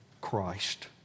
Christ